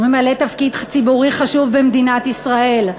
הוא ממלא תפקיד ציבורי חשוב במדינת ישראל.